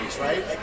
right